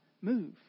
move